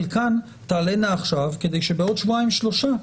חלקן תעלינה עכשיו כדי שבעוד שבועיים-שלושה,